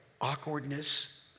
Awkwardness